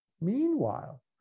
Meanwhile